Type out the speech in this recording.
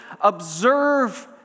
observe